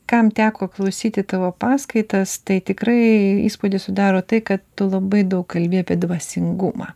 kam teko klausyti tavo paskaitas tai tikrai įspūdį sudaro tai kad tu labai daug kalbi apie dvasingumą